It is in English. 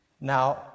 Now